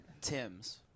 Tim's